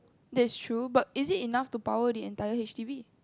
that's true but is it enough to power the entire H_D_B